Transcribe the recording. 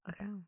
okay